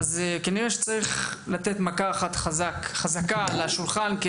אז כנראה שצריך לתת מכה אחת חזקה על השולחן,